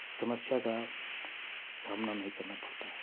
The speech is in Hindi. समस्या का सामना नहीं करना पड़ता है